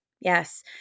Yes